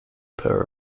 per